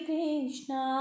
Krishna